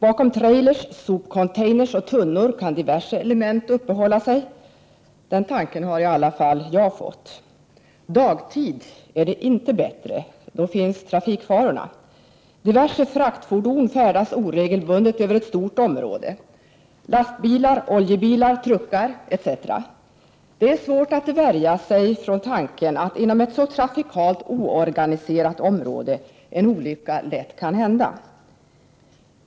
Bakom trailrar, sopcontainrar och tunnor kan diverse element uppehålla sig. Den tanken har i varje fall jag fått. Dagtid är det inte bättre. Då finns trafikfarorna. Diverse fraktfordon — lastbilar, oljebilar, truckar etc. — färdas oregelbundet över ett stort område. Det är svårt att värja sig för tanken att en olycka inom ett så trafikalt oorganiserat område lätt kan hända.